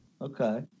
Okay